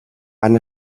han